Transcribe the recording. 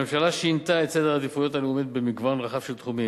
הממשלה שינתה את סדר העדיפויות הלאומי במגוון רחב של תחומים,